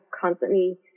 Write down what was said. constantly